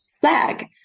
flag